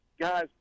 guys